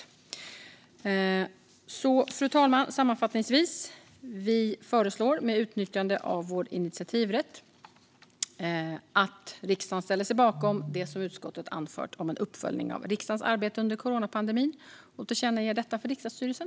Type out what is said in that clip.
Uppföljning av riks-dagens arbete under coronapandemin Fru talman! Sammanfattningsvis föreslår vi med utnyttjande av vår initiativrätt att riksdagen ställer sig bakom det som utskottet har anfört om en uppföljning av riksdagens arbete under coronapandemin och tillkännager detta för riksdagsstyrelsen.